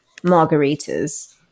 margaritas